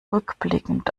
rückblickend